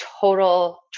total